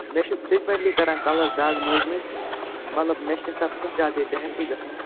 مےٚ چھِ فری کنٹلی کران کَلَس دَغ مٔنٛزۍ مٔنٛزۍ مطلب مےٚ چھِ کُنہِ ساتہٕ زیادٕے بےٚ ہٮ۪کتی گژھان